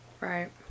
right